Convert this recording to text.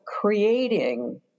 creating